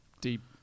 deep